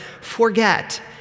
Forget